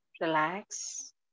Relax